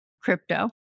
crypto